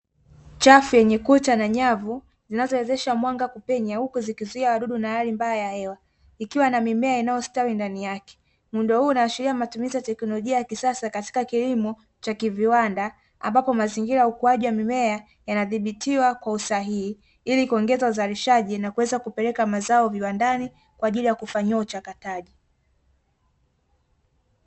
Chafu yenye kucha na nyavu zinazowezesha mwanga kupenya huku zikizuia ardhi na hali mbaya kuingia, na mimea inayostawi ndani yake. Mzindo huu unaashiria matumizi ya teknolojia ya kisasa katika kilimo cha kiviwanda ambapo mazingira ukuaji wa mimea yanadhibitiwa kwa usahihi ili kuongeza uzalishaji na kuweza kupeleka mazao viwandani kwa ajili ya kufanyiwa uchakataji.